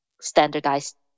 standardized